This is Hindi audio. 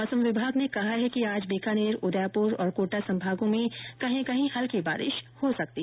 मौसम विभाग ने कहा है कि आज बीकानेर उदयपुर और कोटा संभागों में कहीं कहीं हल्की बारिश हो सकती है